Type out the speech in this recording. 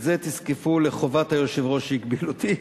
את זה תזקפו לחובת היושב-ראש שהגביל אותי.